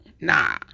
nah